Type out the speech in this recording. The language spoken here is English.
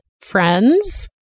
friends